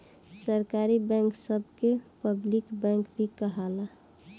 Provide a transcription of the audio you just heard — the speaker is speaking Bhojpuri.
सरकारी बैंक सभ के पब्लिक बैंक भी कहाला